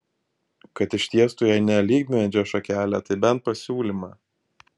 kad ištiestų jei ne alyvmedžio šakelę tai bent pasiūlymą